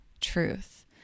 truth